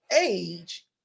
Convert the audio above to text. age